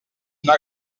una